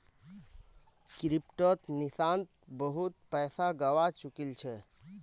क्रिप्टोत निशांत बहुत पैसा गवा चुकील छ